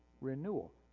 renewal